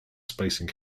spacing